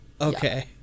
Okay